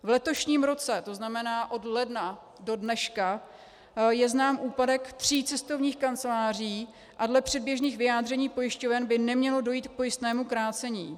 V letošním roce, tzn., od ledna do dneška, je znám úpadek tří cestovních kanceláří a dle předběžných vyjádření pojišťoven by nemělo dojít k pojistnému krácení.